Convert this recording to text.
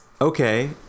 okay